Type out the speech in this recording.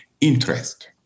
interest